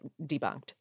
debunked